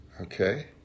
Okay